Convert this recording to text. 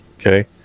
Okay